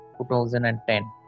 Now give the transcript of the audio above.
2010